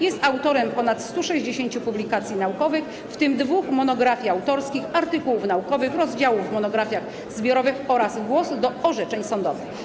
Jest autorem ponad 160 publikacji naukowych, w tym dwóch monografii autorskich, artykułów naukowych, rozdziałów w monografiach zbiorowych oraz głos do orzeczeń sądowych.